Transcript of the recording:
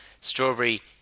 strawberry